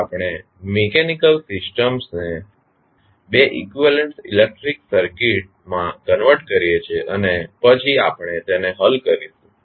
હવે આપણે મિકેનીકલ સિસ્ટમને બે ઇકવીવેલન્ટ ઇલેક્ટ્રિકલ સર્કિટ માં કન્વર્ટ કરીએ છીએ અને પછી આપણે તેને હલ કરીશું